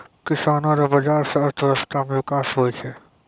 किसानो रो बाजार से अर्थव्यबस्था मे बिकास हुवै छै